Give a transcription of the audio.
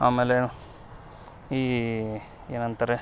ಆಮೇಲೆ ಈ ಏನಂತಾರೆ